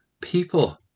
people